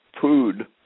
food